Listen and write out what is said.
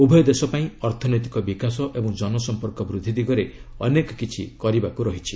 ଉଭୟ ଦେଶ ଅର୍ଥନୈତିକ ବିକାଶ ଏବଂ ଜନସମ୍ପର୍କ ବୃଦ୍ଧି ଦିଗରେ ଅନେକ କିଛି କରିବାକୁ ରହିଛି